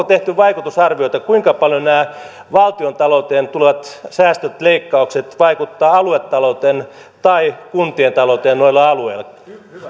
tehty vaikutusarviota kuinka paljon nämä valtiontalouteen tulevat säästöt leikkaukset vaikuttavat aluetalouteen tai kuntien talouteen noilla alueilla